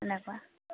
তেনেকুৱা